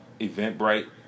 Eventbrite